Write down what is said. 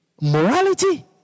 Morality